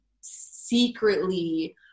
secretly